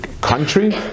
country